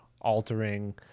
altering